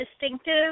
distinctive